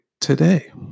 today